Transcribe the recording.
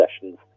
sessions